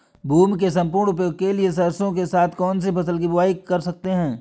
भूमि के सम्पूर्ण उपयोग के लिए सरसो के साथ कौन सी फसल की बुआई कर सकते हैं?